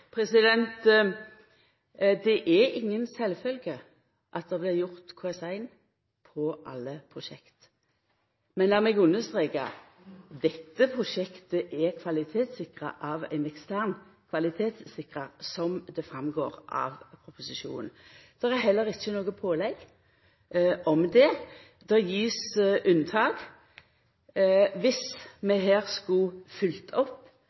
Det er ikkje sjølvsagt at det blir gjort KS1 på alle prosjekt. Men lat meg understreka: Dette prosjektet er kvalitetssikra av ein ekstern kvalitetssikrar, som det går fram av proposisjonen. Det er heller ikkje noko pålegg om det. Det blir gjeve unntak. Dersom vi her skulle ha følgt opp